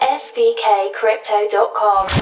svkcrypto.com